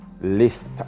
list